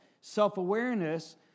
Self-awareness